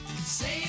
save